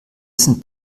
sind